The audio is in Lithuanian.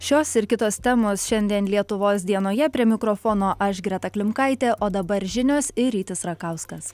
šios ir kitos temos šiandien lietuvos dienoje prie mikrofono aš greta klimkaitė o dabar žinios ir rytis rakauskas